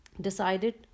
decided